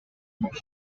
mayor